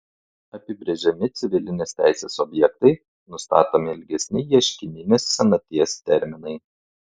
apibrėžiami civilinės teisės objektai nustatomi ilgesni ieškininės senaties terminai